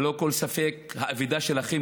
ללא כל ספק, האבדה שלכם